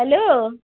hello